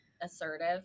assertive